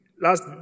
Last